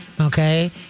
Okay